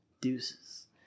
Deuces